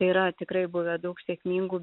yra tikrai buvę daug sėkmingų